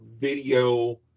video